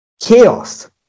chaos